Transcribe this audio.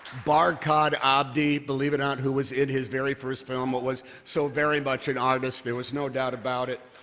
barkhad abdi, believe it or not, who was in his very first film but was so very much an artist, there was no doubt about it.